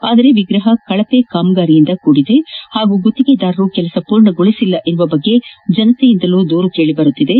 ಆದರೆ ವಿಗ್ರಹ ಕಳಪೆ ಕಾಮಾಗಾರಿಯಿಂದ ಕೂಡಿದೆ ಹಾಗೂ ಗುತ್ತಿಗೆದಾರರು ಕೆಲಸ ಪೂರ್ಣಗೊಳಿಸಿಲ್ಲ ಎಂಬ ಬಗ್ಗೆ ಜನತೆಯಿಂದಲೂ ದೂರುಗಳು ಕೆಳಬರುತ್ತಿವೆ